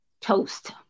toast